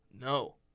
No